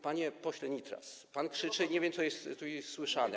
Panie pośle Nitras, pan krzyczy i nie wiem, co zostało tu usłyszane.